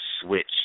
switch